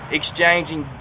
exchanging